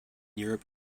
europe